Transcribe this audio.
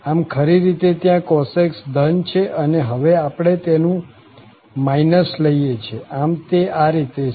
આમ ખરી રીતે ત્યાં cos x ધન છે અને હવે આપણે તેનું લઈએ છીએ આમ તે આ રીતે છે